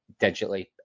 digitally